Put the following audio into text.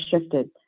shifted